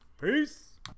Peace